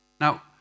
Now